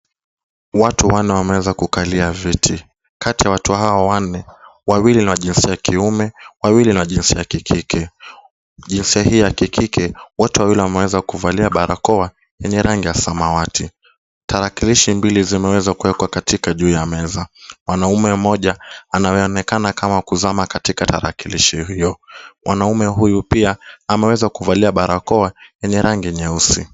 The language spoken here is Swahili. Watu wanne wameweza kukalia viti, kati ya watu hao wanne, wawili ni wa jinsia ya kiume, wawili ni wa jinsia ya kikike, jinsi hii ya kikike, wote wawili wameweza kuvalia barakoa yenye rangi ya samawati. Tarakilishi mbili zimeweza kuwekwa katika juu ya meza, mwanaume mmoja anaonekana kama kuzama katika tarakilishi hiyo, mwanaume huyu pia ameweza kuvalia barakoa yenye rangi nyeusi.